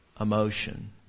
emotion